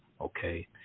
Okay